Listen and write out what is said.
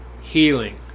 healing